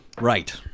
Right